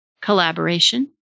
collaboration